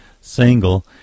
single